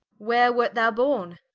where wert thou borne?